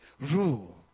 rule